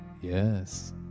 Yes